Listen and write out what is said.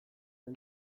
zen